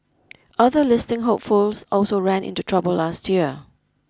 other listing hopefuls also ran into trouble last year